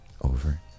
over